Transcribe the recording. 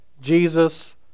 Jesus